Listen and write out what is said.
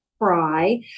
cry